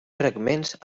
fragments